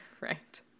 right